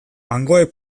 hangoek